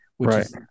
Right